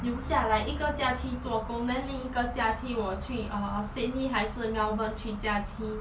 留下来了一个假期做工 then 另一个假期我去 uh sydney 还是 melbourne 去假期